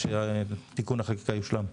ברגע שתיקון החקיקה יושלם.